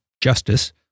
Justice